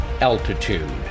altitude